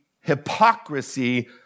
hypocrisy